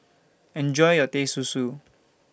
Enjoy your Teh Susu